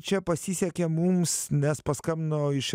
čia pasisekė mums nes paskambino iš